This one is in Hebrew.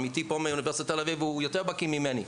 עמיתי פה מאוניברסיטת תל אביב הוא יותר בקיא ממני.